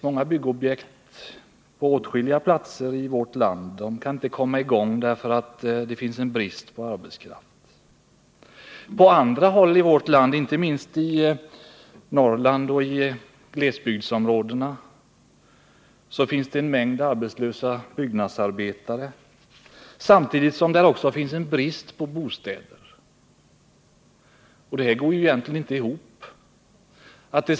Många byggobjekt på åtskilliga platser i vårt land kan inte komma i gång därför att det råder brist på arbetskraft. På andra håll i vårt land, inte minst i Norrland och i glesbygdsområdena, finns en mängd arbetslösa byggnadsarbetare, samtidigt som där råder brist på bostäder. Det går egentligen inte ihop.